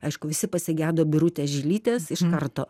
aišku visi pasigedo birutės žilytės iš karto